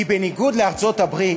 ובניגוד לארצות-הברית,